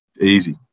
easy